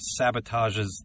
sabotages